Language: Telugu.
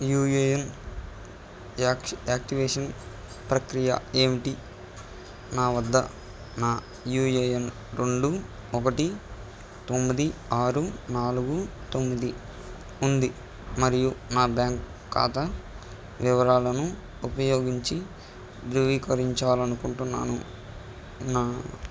యూఏఎన్ యాక్టివేషన్ ప్రక్రియ ఏమిటి నా వద్ద నా యూఏఎన్ రెండు ఒకటి తొమ్మిది ఆరు నాలుగు తొమ్మిది ఉంది మరియు నా బ్యాంక్ ఖాతా వివరాలను ఉపయోగించి ధృవీకరించాలి అనుకుంటున్నాను నా